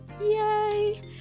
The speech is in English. Yay